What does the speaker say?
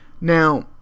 Now